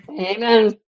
Amen